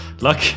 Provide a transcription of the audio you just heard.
look